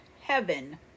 heaven